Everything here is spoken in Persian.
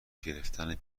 گرفتن